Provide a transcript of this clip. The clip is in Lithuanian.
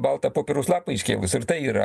baltą popieriaus lapą iškėlus ir tai yra